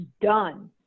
done